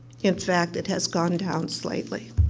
in fact, it has gone down slightly.